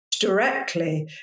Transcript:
directly